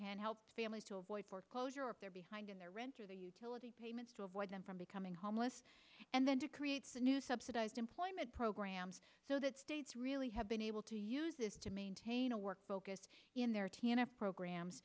can help families to avoid foreclosure if they're behind in their rent or the utility payments to avoid them from becoming homeless and then to creates a new subsidized employment programs so that states really have been able to use this to maintain a work vocus in their t n f programs